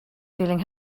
feeling